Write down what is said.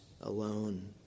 alone